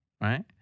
right